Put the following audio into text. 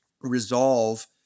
resolve